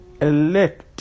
elect